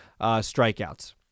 strikeouts